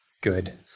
good